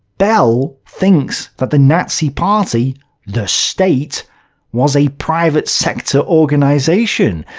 bel thinks that the nazi party the state was a private-sector organization?